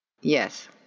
Yes